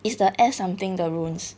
is the S something the runes